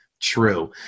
True